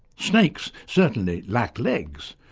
snakes certainly lack legs,